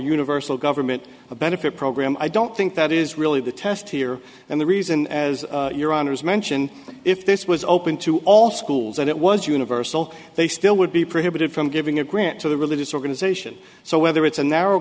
universal government benefit program i don't think that is really the test here and the reason as your honour's mention if this was open to all schools and it was universal they still would be prohibited from giving a grant to the religious organization so whether it's a narrow